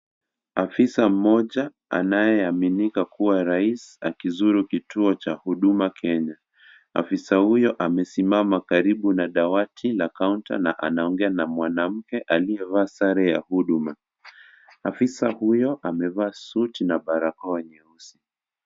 Afisa mmoja anayeaminika kuwa rais akizuru kituo cha Huduma Kenya . Afisa huyo amesimama karibu na dawati la kaunta na anaongea na mwanamke aliyevaa sare ya Huduma . Afisa huyo amevaa suti na barakoa nyeusi .